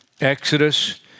Exodus